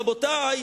רבותי,